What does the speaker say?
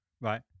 right